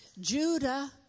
Judah